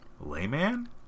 layman